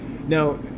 Now